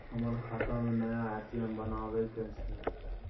हमर खाता में नया ए.टी.एम बनाबै के छै?